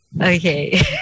Okay